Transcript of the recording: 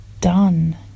done